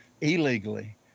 illegally